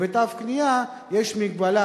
אבל בתו הקנייה יש מגבלה,